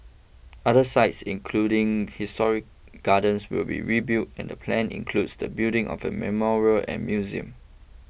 other sites including history gardens will be rebuilt and the plan includes the building of a memorial and museum